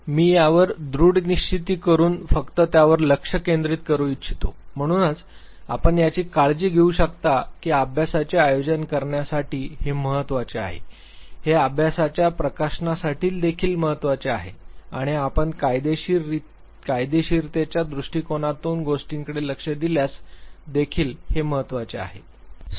तर मी यावर दृढनिश्चिती करून फक्त त्यावर लक्ष केंद्रित करू इच्छितो म्हणूनच आपण याची काळजी घेऊ शकता की अभ्यासाचे आयोजन करण्यासाठी हे महत्वाचे आहे हे अभ्यासाच्या प्रकाशनासाठी देखील महत्वाचे आहे आणि आपण कायदेशीरतेच्या दृष्टिकोनातून गोष्टींकडे लक्ष दिल्यास देखील हे महत्वाचे आहे